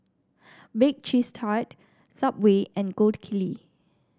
Bake Cheese Tart Subway and Gold Kili